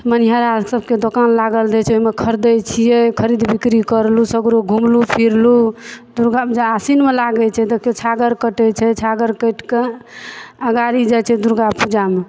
मनिहारा सबके दोकान लागल रहय छै ओइमे खरिदय छियै खरीद बिक्री करलहुँ सगरो घुमलहुँ फिरलहुँ दुर्गा जा आसिनमे लागय छै छागर कटय छै छागर कटि कऽ अगारी जाइ छै दुर्गापूजामे